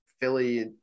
Philly